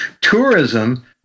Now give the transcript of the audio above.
tourism